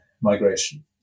migration